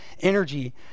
energy